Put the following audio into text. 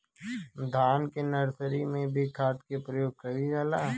धान के नर्सरी में भी खाद के प्रयोग कइल जाला?